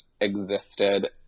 existed